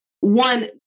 One